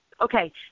okay